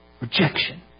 rejection